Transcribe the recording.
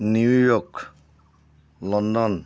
New York London